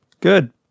good